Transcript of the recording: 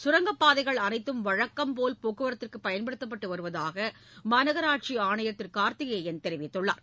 கரங்கப் பாதைகள் அளைத்தும் வழக்கம்போல் போக்குவரத்திற்கு பயன்படுத்தப்பட்டு வருவதாக மாநகராட்சி ஆணையர் திரு கார்த்திகேயன் தெரிவித்துள்ளார்